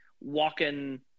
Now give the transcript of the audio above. walking